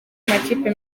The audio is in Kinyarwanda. amakipe